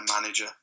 manager